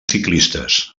ciclistes